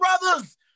Brothers